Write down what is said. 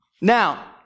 Now